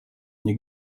nie